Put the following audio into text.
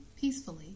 peacefully